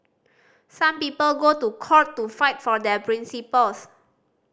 some people go to court to fight for their principles